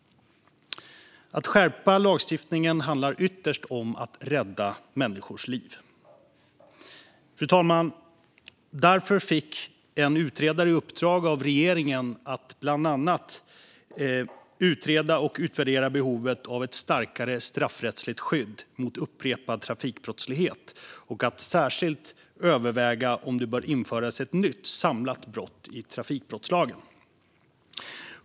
Att skärpa lagstiftningen handlar ytterst om att skydda människors liv. Fru talman! Därför fick en utredare i uppdrag av regeringen att bland annat utreda och utvärdera behovet av ett starkare straffrättsligt skydd mot upprepad trafikbrottslighet och att särskilt överväga om det bör införas ett nytt, samlat brott i trafikbrottslagen.